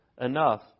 enough